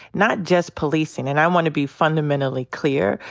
not just policing. and i want to be fundamentally clear.